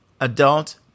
adult